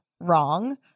wrong